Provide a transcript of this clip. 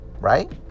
right